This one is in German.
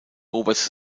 oberste